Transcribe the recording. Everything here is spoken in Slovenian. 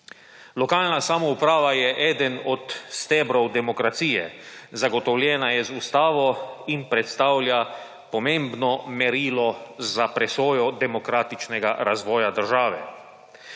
Lokalna samouprava je eden od stebrov demokracije, zagotovljena je z Ustavo in predstavlja pomembno merilo za presojo demokratičnega razvoja države.